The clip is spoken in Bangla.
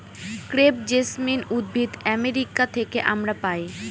ক্রেপ জেসমিন উদ্ভিদ আমেরিকা থেকে আমরা পাই